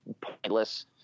pointless